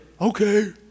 Okay